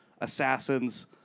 Assassins